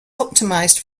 optimised